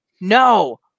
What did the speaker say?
No